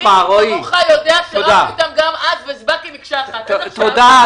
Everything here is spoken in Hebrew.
מי כמוך יודע שרבנו איתם גם אז והצבעתי מקשה אחת --- אני